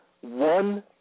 one